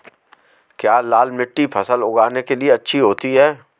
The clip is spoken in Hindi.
क्या लाल मिट्टी फसल उगाने के लिए अच्छी होती है?